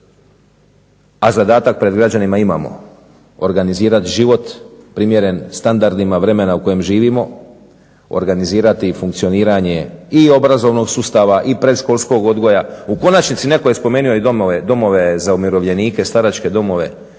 a zadatak pred građanima imamo organizirati život primjeren standardima vremena u kojem živimo, organizirati i funkcioniranje i obrazovnog sustava i predškolskog odgoja. U konačnici netko je i spomenuo domove za umirovljenike, staračke domove.